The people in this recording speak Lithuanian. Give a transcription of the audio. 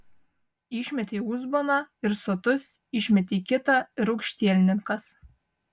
išmetei uzboną ir sotus išmetei kitą ir aukštielninkas